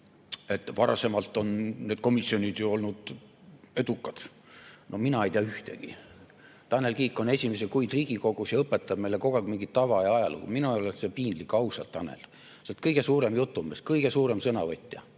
et varasemalt on need komisjonid ju olnud edukad – no mina ei tea ühtegi. Tanel Kiik on esimesi kuid Riigikogus ja õpetab meile kogu aeg mingit tava ja ajalugu. Minu arvates on see piinlik, ausalt, Tanel. Sa oled kõige suurem jutumees, kõige suurem sõnavõtja